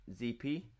ZP